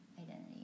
identity